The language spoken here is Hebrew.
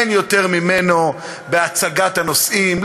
אין יותר ממנו בהצגת הנושאים.